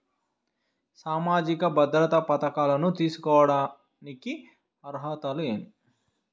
సామాజిక భద్రత పథకాలను తీసుకోడానికి అర్హతలు ఏమి?